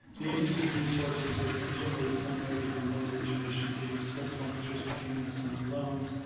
the agency's resources are generated primarily from loan origination fees, principal and interest payments on loans,